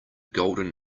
golden